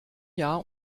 jahr